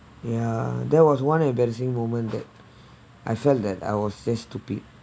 ya there was one embarrassing moment that I felt that I was just stupid